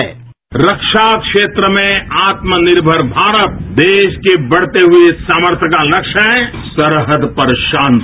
bite रक्षा क्षेत्र में आत्मनिर्भर भारत देश के बढ़ते हुए सामर्थ्य का लक्ष्य सरहद पर शांति